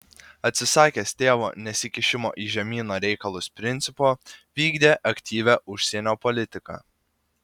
atsisakęs tėvo nesikišimo į žemyno reikalus principo vykdė aktyvią užsienio politiką